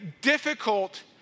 difficult